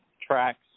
tracks